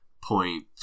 point